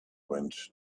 went